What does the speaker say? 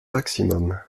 maximum